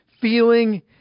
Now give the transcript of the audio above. feeling